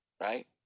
Right